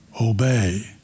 obey